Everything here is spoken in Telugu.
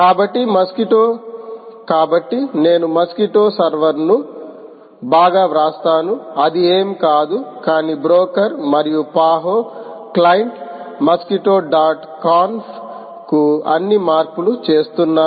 కాబట్టి మస్క్విటో కాబట్టి నేను మస్క్విటో సర్వర్ను బాగా వ్రాస్తాను అది ఏమీ కాదు కానీ బ్రోకర్ మరియు Paho client mosquito dot conf కు అన్ని మార్పులు చేస్తున్నారు